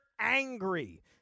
angry